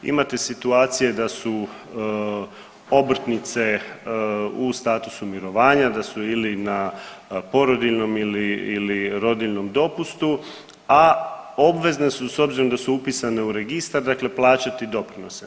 Imate situacije da su obrtnice u statusu mirovanja, da su ili na porodiljnom ili rodiljnom dopustu, a obvezen su s obzirom da su upisane u registar plaćati doprinose.